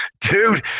dude